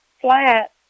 flat